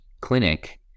clinic